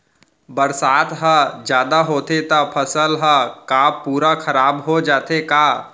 बरसात ह जादा होथे त फसल ह का पूरा खराब हो जाथे का?